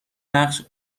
نقش